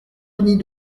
denis